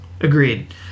Agreed